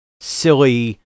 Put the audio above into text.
silly